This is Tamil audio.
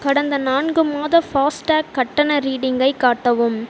கடந்த நான்கு மாத ஃபாஸ்டேக் கட்டண ரீடிங்கை காட்டவும்